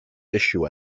issue